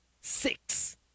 six